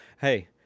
Hey